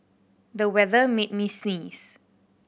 the weather made me sneeze